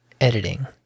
editing